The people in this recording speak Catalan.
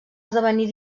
esdevenir